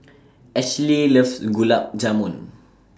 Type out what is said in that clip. Ashly loves Gulab Jamun